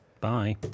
Bye